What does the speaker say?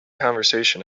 conversation